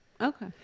Okay